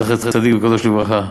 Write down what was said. זכר צדיק וקדוש לברכה.